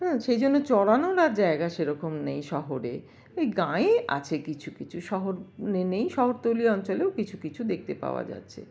সেইজন্য চরানোর আর জায়গা সেইরকম নেই শহরে ওই গাঁয়ে আছে কিছু কিছু শহরে নেই শহরতলি অঞ্চলেও কিছু কিছু দেখতে পাওয়া যাচ্ছে